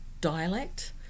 dialect